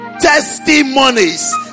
Testimonies